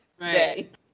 Right